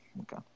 Okay